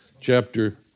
chapter